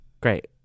Great